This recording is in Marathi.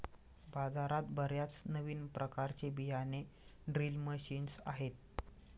बाजारात बर्याच नवीन प्रकारचे बियाणे ड्रिल मशीन्स आहेत